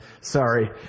Sorry